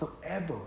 forever